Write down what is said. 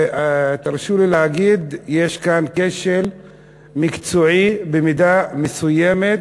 תרשו לי להגיד שיש כאן כשל מקצועי במידה מסוימת